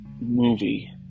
movie